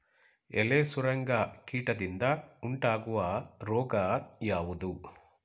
ಎಲೆ ಸುರಂಗ ಕೀಟದಿಂದ ಉಂಟಾಗುವ ರೋಗ ಯಾವುದು?